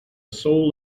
soul